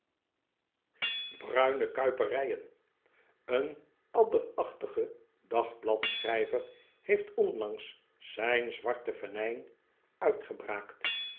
bruine kuiperijen een adderachtige dagbladschrijver heeft onlangs zijn zwarte venijn uitgebraakt